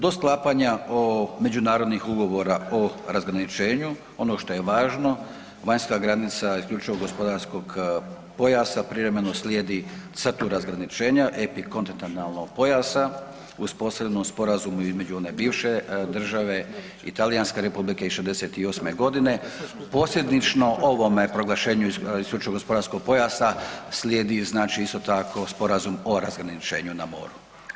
Do sklapanja međunarodnih ugovora o razgraničenju, ono što je važno, vanjska granica isključivog gospodarskog pojasa privremeno slijedi crtu razgraničenja epikontinentalnog pojasa uz posredno, sporazumu između one bivše države i Talijanske Republike iz '68. g. Posljedično ovome proglašenju isključivog gospodarskog pojasa slijedi znači, isto tako, Sporazum o razgraničenju na moru.